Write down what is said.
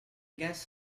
guess